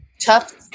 tough